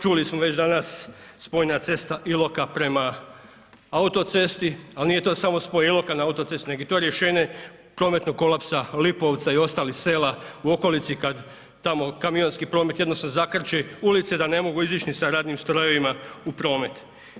Čuli smo već danas spojna cesta Iloka prema autocesti, ali nije to samo spoj Iloka na autocestu nego je to rješenje prometnog kolapsa Lipovca i ostalih sela u okolici kada tamo kamionski promet jednostavno zakrči ulice da ne mogu izić ni sa radnim strojevima u promet.